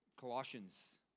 Colossians